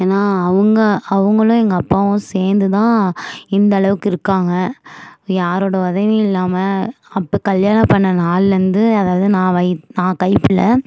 ஏன்னா அவங்க அவங்களும் எங்கள் அப்பாவும் சேர்ந்து தான் இந்த அளவுக்கு இருக்காங்க யாரோட உதவியும் இல்லாமல் அப்போ கல்யாணம் பண்ண நாள்லருந்து அதாவது நான் வைத் நான் கைப்பிள்ள